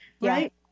right